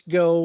go